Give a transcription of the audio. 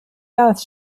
gas